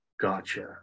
Gotcha